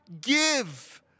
give